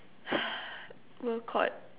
well caught